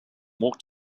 walked